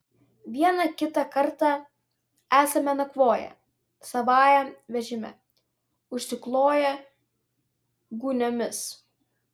vieną kitą kartą esame nakvoję savajam vežime užsikloję gūniomis